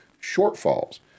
shortfalls